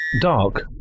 dark